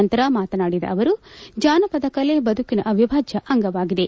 ನಂತರ ಮಾತನಾಡಿದ ಅವರು ಜಾನಪದ ಕಲೆ ಬದುಕಿನ ಅವಿಭಾಜ್ಯ ಅಂಗವಾಗಿದೆ